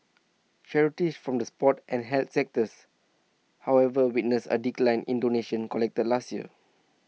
charities from the sports and health sectors however witnessed A decline in donations collected last year